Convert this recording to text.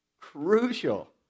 crucial